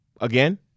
again